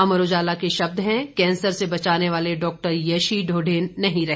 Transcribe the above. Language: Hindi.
अमर उजाला के शब्द हैं कैंसर से बचाने वाले डॉ येशी ढोंडेन नहीं रहे